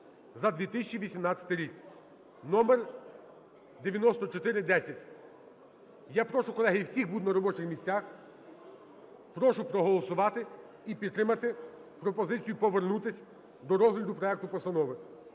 за 2018 рік (№9410). Я прошу, колеги, всіх бути на робочих місцях, прошу проголосувати і підтримати пропозицію повернутися до розгляду проекту постанови.